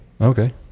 Okay